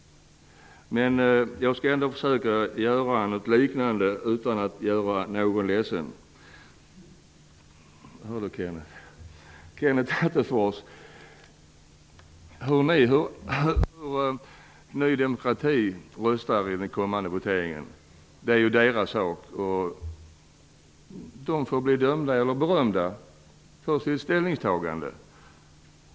Men jag skall ändå nu försöka göra något liknande utan att göra någon ledsen. Kenneth Attefors, hur ni i Ny demokrati röstar vid den kommande voteringen är ju er sak. Ni får bli dömda eller berömda för ert ställningstagande.